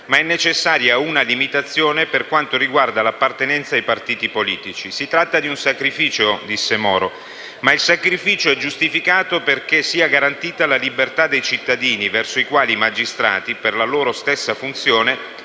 Ma è necessaria una limitazione per quanto riguarda l'appartenenza ai partiti politici. Si tratta di un sacrificio, ma il sacrificio è giustificato perché sia garantita la libertà dei cittadini, verso i quali i magistrati, per la loro stessa funzione,